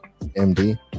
MD